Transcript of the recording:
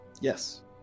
Yes